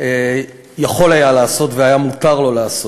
היה יכול לעשות והיה מותר לו לעשות.